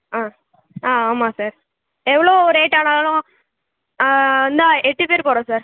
ஆ ஆமாம் சார் எவ்வளோ ரேட் ஆனாலும் வந்தா எட்டு பேர் போகிறோம் சார்